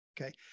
Okay